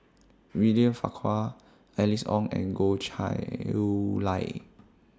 William Farquhar Alice Ong and Goh Chiew Lye